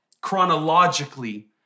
chronologically